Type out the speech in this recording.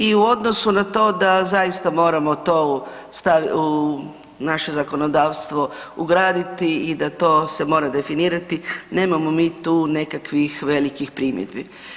I u odnosu na to da zaista moramo to u naše zakonodavstvo ugraditi i da to se mora definirati, nemamo mi tu nekakvih velikih primjedbi.